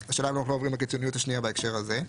השאלה האם אנחנו לא עוברים לקיצוניות השנייה בהקשר הזה?